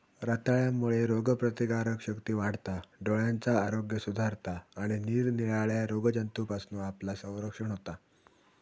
रताळ्यांमुळे रोगप्रतिकारशक्ती वाढता, डोळ्यांचा आरोग्य सुधारता आणि निरनिराळ्या रोगजंतूंपासना आपला संरक्षण होता